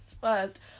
first